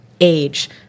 age